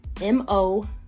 MO